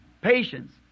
Patience